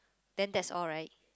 then that's all right